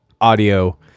audio